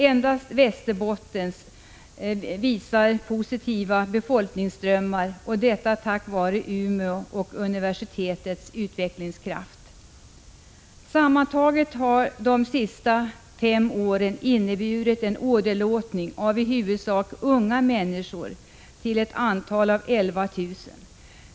Endast för Västerbotten redovisas positiva befolkningsströmmar, tack vare Umeås och dess universitets utvecklingskraft. Sammantaget har de fem senaste åren inneburit en åderlåtning av i huvudsak unga människor till ett antal av 11 000.